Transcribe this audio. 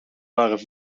waren